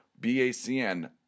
BACN